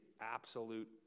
absolute